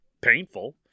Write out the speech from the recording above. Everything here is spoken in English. painful